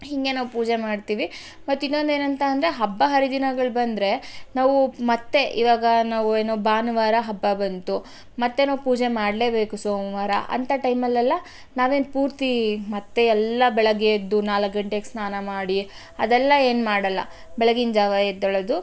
ಹೀಗೆ ನಾವು ಪೂಜೆ ಮಾಡ್ತೀವಿ ಮತ್ತೆ ಇನ್ನೊಂದು ಏನು ಅಂತ ಅಂದರೆ ಹಬ್ಬ ಹರಿದಿನಗಳು ಬಂದರೆ ನಾವು ಮತ್ತೆ ಇವಾಗ ನಾವು ಏನು ಭಾನುವಾರ ಹಬ್ಬ ಬಂತು ಮತ್ತು ನಾವು ಪೂಜೆ ಮಾಡಲೇ ಬೇಕು ಸೋಮವಾರ ಅಂತ ಟೈಮಲ್ಲೆಲ್ಲ ನಾವೇನು ಪೂರ್ತಿ ಮತ್ತೆ ಎಲ್ಲ ಬೆಳಗ್ಗೆ ಎದ್ದು ನಾಲ್ಕು ಗಂಟೆಗೆ ಸ್ನಾನ ಮಾಡಿ ಅದಲ್ಲ ಏನು ಮಾಡಲ್ಲ ಬೆಳಗಿನ ಜಾವ ಎದ್ದೇಳೋದು